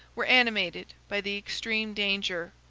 were animated by the extreme danger,